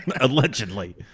Allegedly